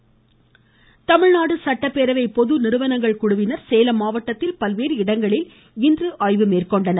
சேலம் தமிழ்நாடு சட்டப்பேரவை பொது நிறுவனங்கள் குழுவினர் சேலம் மாவட்டத்தில் பல்வேறு இடங்களில் இன்று ஆய்வு மேற்கொண்டனர்